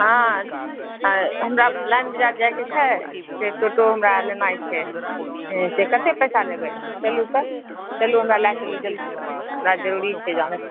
हँ हमरा बाजार जाए के छै से टुकटुक हमरा लेनाइ छै से कते पैसा लेबै चलु तऽ चलु हमरा लए चलै छी हमरा जरुरी छै जाना